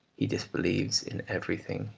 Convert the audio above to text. he disbelieves in everything,